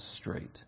straight